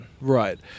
right